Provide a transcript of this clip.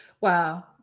Wow